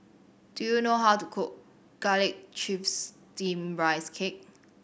do you know how to cook Garlic Chives Steamed Rice Cake